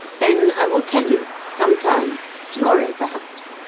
then i will tell you some time to-morrow, perhaps.